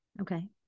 Okay